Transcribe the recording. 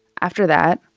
after that,